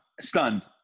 Stunned